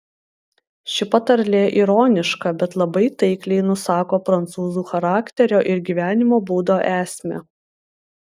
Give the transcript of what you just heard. ši patarlė ironiška bet labai taikliai nusako prancūzų charakterio ir gyvenimo būdo esmę